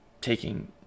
taking